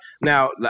Now